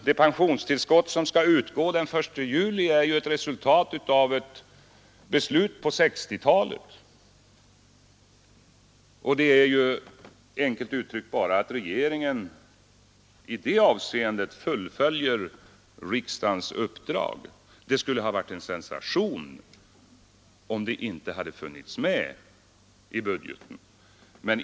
Det pensionstillskott som skall utgå den 1 juli är ju resultatet av ett beslut som fattades på 1960-talet. Enkelt uttryckt har regeringen bara att i det avseendet fullfölja riksdagens uppdrag. Det skulle ha varit en sensation om inte detta hade funnits med i regeringens budget.